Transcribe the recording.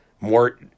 More